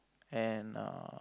and err